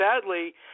sadly